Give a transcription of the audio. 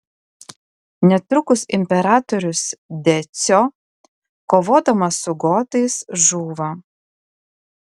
netrukus imperatorius decio kovodamas su gotais žūva